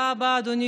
להצעת החוק הבאה,